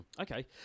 Okay